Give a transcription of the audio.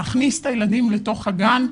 להכניס את הילדים לתוך הגן,